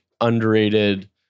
Underrated